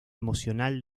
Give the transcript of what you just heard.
emocional